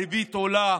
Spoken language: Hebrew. הריבית עולה.